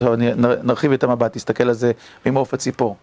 טוב, נרחיב את המבט, נסתכל על זה ממעוף הציפור